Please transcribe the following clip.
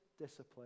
discipline